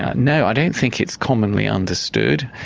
no, i don't think it's commonly understood.